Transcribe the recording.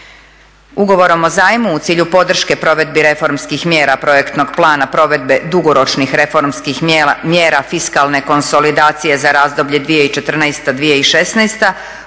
Ugovorom o zajmu u cilju podrške provedbi reformskih mjera projektnog plana provedbe dugoročnih reformskih mjera fiskalne konsolidacije za razdoblje 2014.-2016.poduprijet